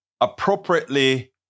appropriately